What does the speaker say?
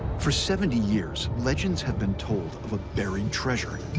for seventy years, legends have been told of a buried treasure,